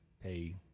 pay